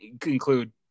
conclude